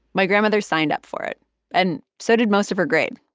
my grandmother signed up for it and so did most of her grade.